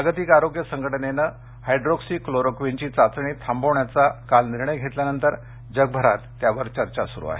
जागतिक आरोग्य संघटेनं हायड्रोक्सीक्लोरोक्वीनची चाचणी थांबवण्याचा काल निर्णय घेतल्यानंतर जगभरात त्यावर चर्चा सुरु आहे